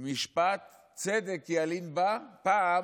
משפט צדק ילין בה" פעם,